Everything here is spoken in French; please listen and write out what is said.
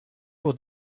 pour